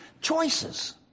Choices